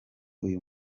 uyu